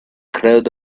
crowd